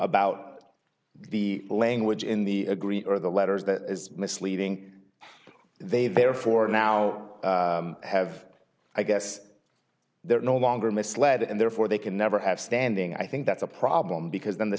about the language in the agree or the letters that is misleading they therefore now have i guess they're no longer misled and therefore they can never have standing i think that's a problem because then the